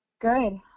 Good